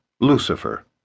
Lucifer